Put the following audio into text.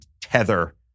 tether